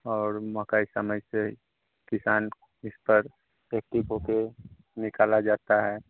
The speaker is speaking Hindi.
और मकई कम ऐसे किसान इस पर के चीज़ बो कर निकाला जाता है